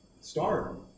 start